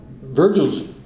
Virgil's